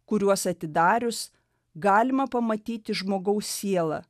kuriuos atidarius galima pamatyti žmogaus sielą